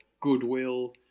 goodwill